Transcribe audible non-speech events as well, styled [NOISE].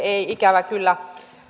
[UNINTELLIGIBLE] ei ikävä kyllä